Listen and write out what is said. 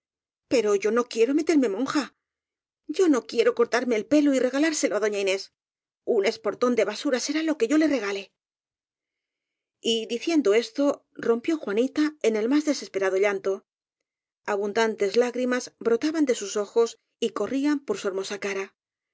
pero yo no quiero meterme monja yo no quiero cortarme el pelo y regalárselo á doña inés un esportón de basura será lo que yo le regale y diciendo esto rompió juanita en el más deses perado llanto abundantes lágrimas brotaban de sus ojos y corrían por su hermosa cara